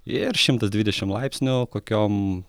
ir šimtas dvidešim laipsnių kokiom